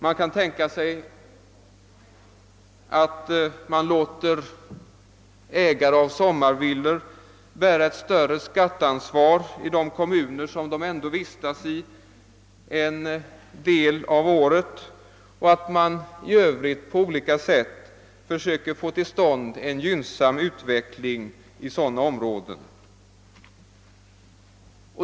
Man kan tänka sig att låta ägare av sommarvillor bära ett större skatteansvar i de kommuner där de ändå vistas en del av året och att i övrigt på olika sätt försöka få till stånd en gynnsam utveckling i sådana områden.